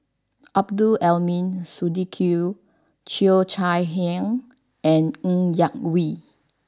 Abdul Aleem Siddique Cheo Chai Hiang and Ng Yak Whee